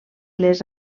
les